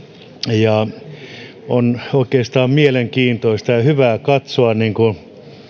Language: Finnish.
on oikeastaan mielenkiintoista ja hyvä katsoa